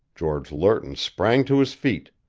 george lerton sprang to his feet.